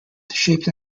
shaped